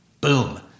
boom